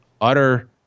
utter